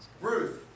Ruth